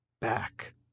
back